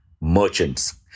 merchants